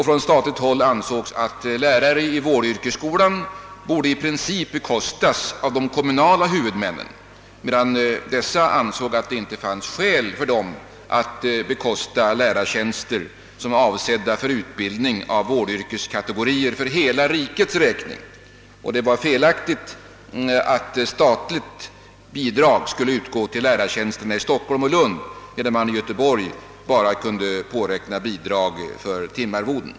Även läkarbristen framhölls. borde bekostas av de kommunala huvudmännen, medan dessa ansåg att det inte fanns skäl för dem att bekosta lärartjänster, som var avsedda för utbildning av vårdyrkeskategorier för hela rikets räkning och att det var felaktigt att statligt bidrag skulle utgå till lärartjänsterna i Stockholm och Lund, medan man i Göteborg endast kunde påräkna bidrag för timarvoden.